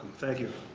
thank you.